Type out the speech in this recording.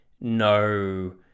no